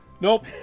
nope